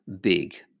big